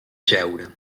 jeure